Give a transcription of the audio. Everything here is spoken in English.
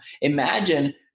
Imagine